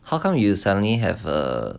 how come you suddenly have a